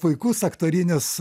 puikus aktorinis